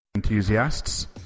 Enthusiasts